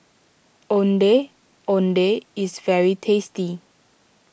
Ondeh Ondeh is very tasty